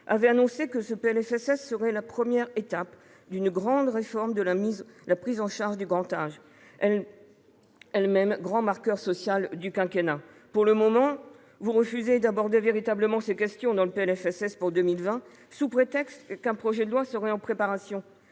avait annoncé que ce PLFSS serait la première étape d'une grande réforme de la prise en charge du grand âge, elle-même le grand marqueur social du quinquennat. Pour le moment, vous refusez d'aborder véritablement ces questions, sous prétexte qu'un projet de loi serait en préparation.